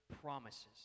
promises